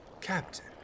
Captain